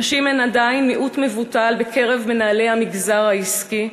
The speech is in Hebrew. נשים הן עדיין מיעוט מבוטל בקרב מנהלי המגזר העסקי,